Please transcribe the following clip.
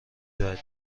بری